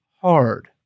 hard